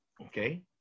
Okay